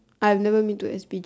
I've never been to s_p gym